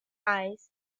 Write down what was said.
eyes